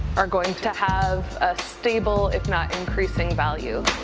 are going to have ah stable, if not increasing, value.